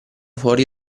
fuori